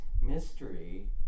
mystery